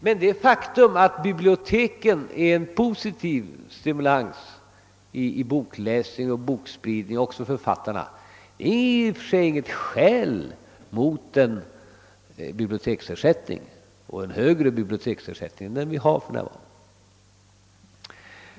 Men det faktum att biblioteken är en positiv stimulans till bokläsning och till spridningen av författarnas verk är i och för sig inget skäl mot en biblioteksersättning och mot en högre biblioteksersättning än den vi har för närvarande. "